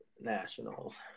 Nationals